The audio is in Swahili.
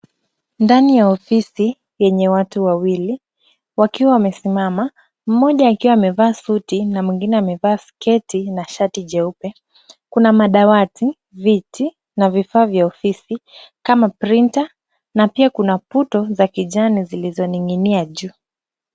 Ndani ya ofisi yenye watu wawili wakiwa wamesimama, mmoja akiwa amevaa suti na mwingine amevaa sketi na shati jeupe. Kuna madawati, viti na vifaa vya ofisi kama printer na pia kuna puto za kijani zilizoning'inia juu.